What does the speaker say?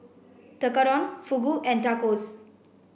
Tekkadon Fugu and Tacos